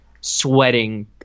sweating